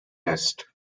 rest